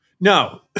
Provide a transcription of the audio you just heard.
No